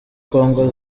congo